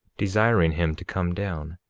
desiring him to come down.